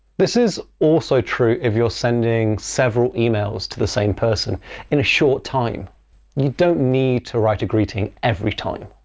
this is also true if you're sending several emails to the same person in a short time you don't need to write a greeting every time.